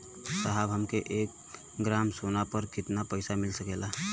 साहब हमके एक ग्रामसोना पर कितना पइसा मिल सकेला?